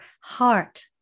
heart